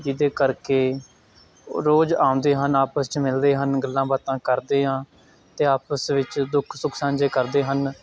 ਜਿਹਦੇ ਕਰਕੇ ਉਹ ਰੋਜ਼ ਆਉਂਦੇ ਹਨ ਆਪਸ 'ਚ ਮਿਲਦੇ ਹਨ ਗੱਲਾਂ ਬਾਤਾਂ ਕਰਦੇ ਹਾਂ ਅਤੇ ਆਪਸ ਵਿੱਚ ਦੁੱਖ ਸੁੱਖ ਸਾਂਝੇ ਕਰਦੇ ਹਨ